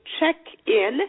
check-in